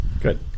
Good